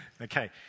Okay